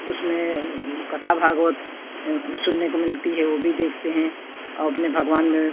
उसमें कथा भागवत सुनने को मिलती है वो भी देखते हैं और अपने भगवान में